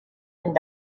and